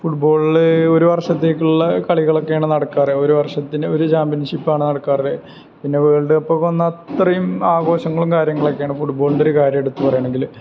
ഫുട്ബോളില് ഒരു വർഷത്തേക്കുള്ള കളികളൊക്കെയാണ് നടക്കാറ് ഒരു വർഷത്തിന്റെയൊരു ചാമ്പ്യൻഷിപ്പാണ് നടക്കാറുള്ളത് പിന്നെ വേൾഡ് കപ്പ് ഒക്കെ വന്നാല് അത്രയും ആഘോഷങ്ങളും കാര്യങ്ങളുമൊക്കെയാണ് ഫുട്ബോളിന്റെ ഒരു എടുത്തുപറയുകയാണെങ്കിൽ